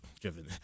driven